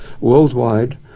worldwide